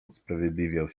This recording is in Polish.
usprawiedliwiał